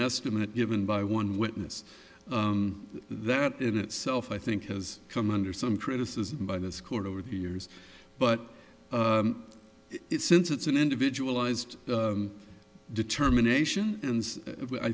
estimate given by one witness that in itself i think has come under some criticism by this court over the years but it's since it's an individual ised determination a